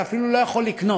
אתה אפילו לא יכול לקנות,